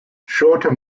shorter